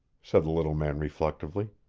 said the little man reflectively.